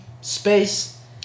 space